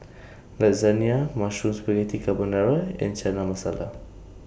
Lasagne Mushroom Spaghetti Carbonara and Chana Masala